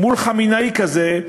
מול חמינאי כזה,